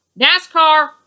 NASCAR